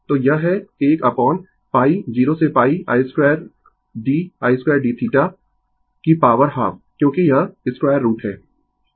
तो यह है 1 अपोन π 0 से π i2d i2dθ की पॉवर हाफ क्योंकि यह 2रूट है